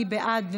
מי בעד?